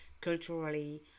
culturally